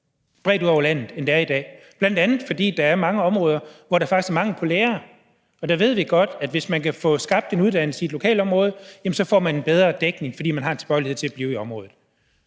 bredt ud over landet, end der er i dag, bl.a. fordi der er mange områder, hvor der faktisk er mangel på lærere, så ved vi godt, at man, hvis man kan få skabt en uddannelse i et lokalområde, får en bedre dækning, fordi man har en tilbøjelighed til at blive i området.